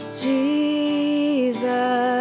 Jesus